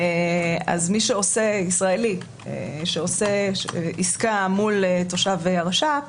אז ישראלי שעושה עסקה מול תושב הרש"פ,